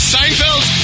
Seinfeld